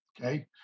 okay